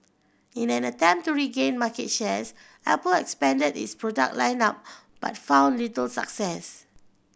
in an attempt to regain market shares Apple expanded its product line up but found little success